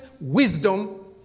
wisdom